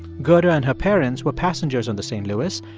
gerda and her parents were passengers on the st. louis.